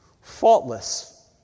faultless